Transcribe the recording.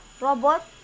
robot